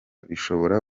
bishobora